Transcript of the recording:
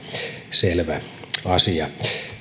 selvä asia